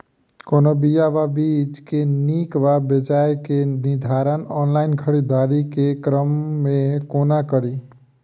कोनों बीया वा बीज केँ नीक वा बेजाय केँ निर्धारण ऑनलाइन खरीददारी केँ क्रम मे कोना कड़ी?